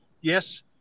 yes